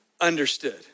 understood